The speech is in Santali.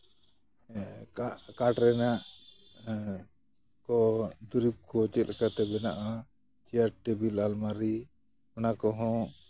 ᱠᱟ ᱠᱟᱴ ᱨᱮᱱᱟᱜ ᱠᱚ ᱫᱩᱨᱤᱵ ᱨᱚ ᱪᱮᱫᱞᱮᱠᱟᱛᱮ ᱵᱮᱟᱜᱼᱟ ᱪᱮᱭᱟᱨ ᱴᱮᱵᱤᱞ ᱟᱞᱢᱟᱨᱤ ᱚᱱᱟ ᱠᱚᱦᱚᱸ